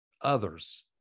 others